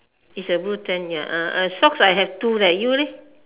is a blue tank ya uh socks I have two leh you leh